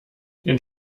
den